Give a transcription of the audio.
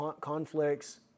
conflicts